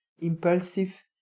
impulsive